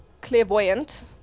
clairvoyant